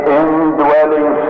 indwelling